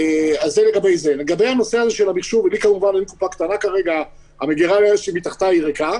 לגבי הנושא של המחשוב, המגרה שמתחתיי ריקה